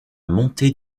montée